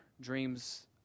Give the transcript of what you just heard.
dreams